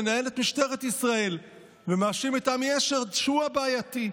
מנהל את משטרת ישראל ומאשים את עמי אשד שהוא הבעייתי.